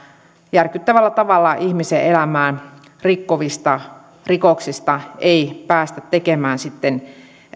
järkyttävällä tavalla ihmisen elämää rikkovista rikoksista ei päästä tekemään sitten